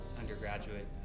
undergraduate